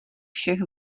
všech